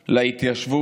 להתיישבות,